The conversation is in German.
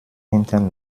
hinten